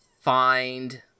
find